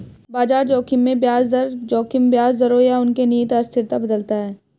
बाजार जोखिम में ब्याज दर जोखिम ब्याज दरों या उनके निहित अस्थिरता बदलता है